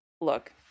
look